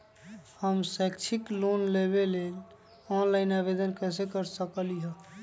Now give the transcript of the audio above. हम शैक्षिक लोन लेबे लेल ऑनलाइन आवेदन कैसे कर सकली ह?